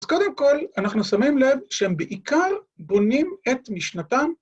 ‫אז קודם כול, אנחנו שמים לב ‫שהם בעיקר בונים את משנתם.